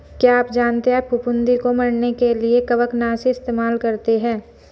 क्या आप जानते है फफूंदी को मरने के लिए कवकनाशी इस्तेमाल करते है?